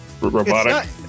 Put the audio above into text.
robotic